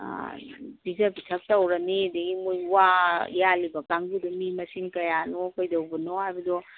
ꯄꯤꯖ ꯄꯤꯊꯛ ꯇꯧꯔꯅꯤ ꯑꯗꯒꯤ ꯃꯣꯏ ꯋꯥ ꯌꯥꯜꯂꯤꯕ ꯀꯥꯡꯕꯨꯗꯨ ꯃꯤ ꯃꯁꯤꯡ ꯀꯌꯥꯅꯣ ꯀꯩꯗꯧꯕꯅꯣ ꯍꯥꯏꯕꯗꯣ